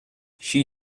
she